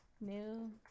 New